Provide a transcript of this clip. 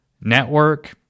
network